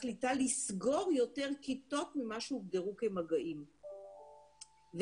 מחליטה לסגור יותר כיתות ממה שהוגדרו כמגעים ואז,